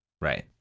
Right